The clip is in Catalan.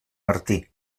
martí